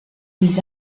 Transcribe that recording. des